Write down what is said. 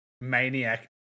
maniac